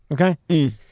Okay